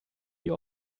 die